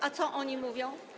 A co oni mówią?